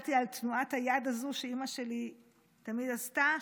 גדלתי על תנועת היד הזו שאימא שלי תמיד עשתה,